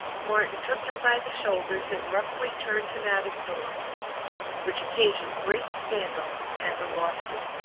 martin took him by the shoulders and roughly turned him out of doors which occasioned great scandal and a law-suit.